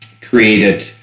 created